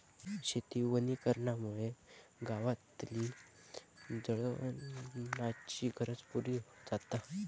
शेती वनीकरणामुळे गावातली जळणाची गरज पुरी जाता